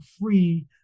free